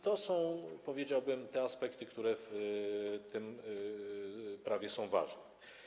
To są, powiedziałbym, te aspekty, które w tym prawie są ważne.